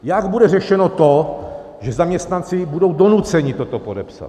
Jak bude řešeno to, že zaměstnanci budou donuceni toto podepsat?